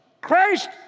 Christ